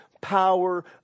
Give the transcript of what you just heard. power